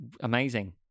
amazing